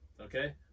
Okay